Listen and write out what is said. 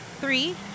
Three